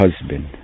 husband